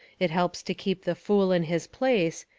it helps to keep the fool in his place,